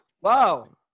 wow